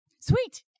Sweet